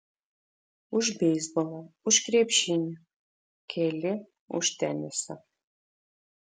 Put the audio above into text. už beisbolą už krepšinį keli už tenisą